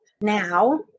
now